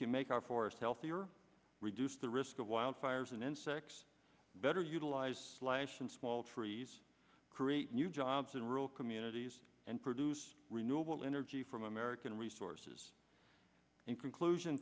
can make our forests healthier reduce the risk of wildfires and insects better utilize slash and small trees create new jobs in rural communities and produce renewable energy from american resources in conclusion